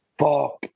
Fuck